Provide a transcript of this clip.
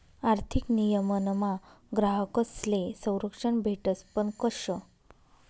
आर्थिक नियमनमा ग्राहकस्ले संरक्षण भेटस पण कशं